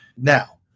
Now